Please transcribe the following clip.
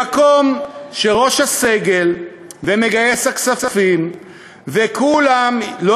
מקום שראש הסגל ומגייס הכספים וכולם לא